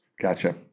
Gotcha